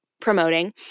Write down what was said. promoting